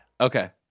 Okay